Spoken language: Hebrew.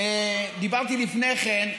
דיברתי לפני כן,